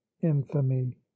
infamy